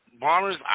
Bombers